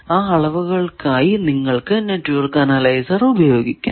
ആ അളവുകൾക്കായി നിങ്ങൾക്കു നെറ്റ്വർക്ക് അനലൈസർ ഉപയോഗിക്കാം